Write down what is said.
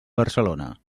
barcelona